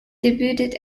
debuted